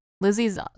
Lizzie's